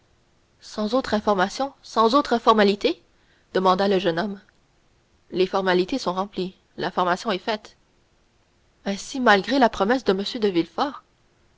sans autre information sans autre formalité demanda le jeune homme les formalités sont remplies l'information est faite ainsi malgré la promesse de m de